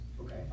Okay